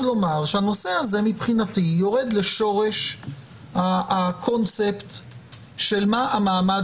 לומר שהנושא הזה מבחינתי יורד לשורש הקונספט של מה המעמד